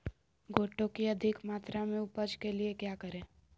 गोटो की अधिक मात्रा में उपज के लिए क्या करें?